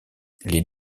les